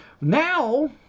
Now